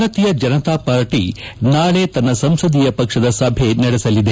ಭಾರತೀಯ ಜನತಾಪಕ್ಷ ನಾಳೆ ತನ್ನ ಸಂಸದೀಯ ಪಕ್ಷದ ಸಭೆ ನಡೆಸಲಿದೆ